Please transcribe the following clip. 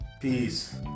Peace